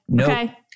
okay